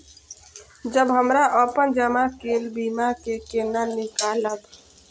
जब हमरा अपन जमा केल बीमा के केना निकालब?